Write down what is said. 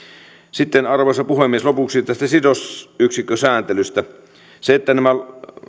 sitten arvoisa puhemies lopuksi tästä sidosyksikkösääntelystä se että nämä